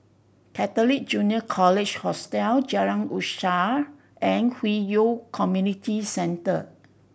Catholic Junior College Hostel Jalan Usaha and Hwi Yoh Community Center